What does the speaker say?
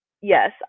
Yes